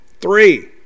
Three